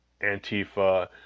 Antifa